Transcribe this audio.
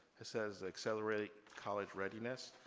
it says, accelerate college readiness.